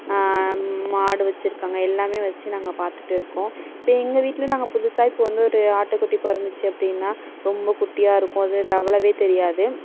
மாடு வச்சிருக்காங்கள் எல்லாமே வச்சு நாங்கள் பார்த்துட்டு இருக்கோம் இப்போ எங்கள் வீட்டில நாங்கள் புதுசாக இப்போ வந்து ஒரு ஆட்டுக்குட்டி பிறந்துச்சு அப்படின்னா ரொம்ப குட்டியாக இருக்கும் அது தவழவே தெரியாது